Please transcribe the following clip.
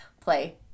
play